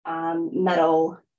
metal